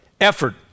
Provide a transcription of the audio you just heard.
effort